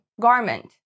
garment